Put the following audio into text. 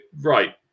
right